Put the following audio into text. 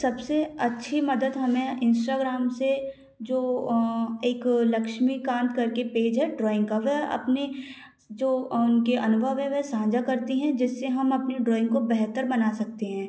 सबसे अच्छी मदद हमें इंस्टाग्राम से जो अ एक लक्ष्मीकांत करके पेज है ड्राइंग का वह अपने जो अ उनके अनुभव हैं वह साझा करती हैं जिससे हम अपनी ड्राइंग को बेहतर बना सकते हैं